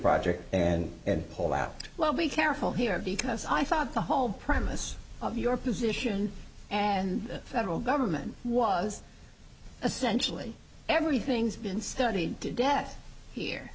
project and and hold out well be careful here because i thought the whole premise of your position and federal government was essentially everything's been studied to death here